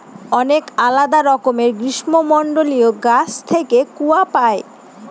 অনেক আলাদা রকমের গ্রীষ্মমন্ডলীয় গাছ থেকে কূয়া পাই